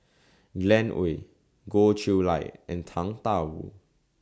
Glen Goei Goh Chiew Lye and Tang DA Wu